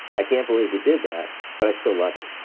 i can't believe you did that. but i still love you.